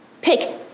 pick